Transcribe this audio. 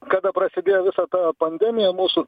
kada prasidėjo visa ta pandemija mūsų